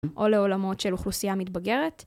או לעולמות של אוכלוסייה מתבגרת.